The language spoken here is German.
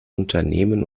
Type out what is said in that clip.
unternehmen